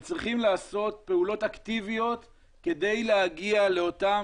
וצריכים לעשות פעולות אקטיביות כדי להגיע לאותם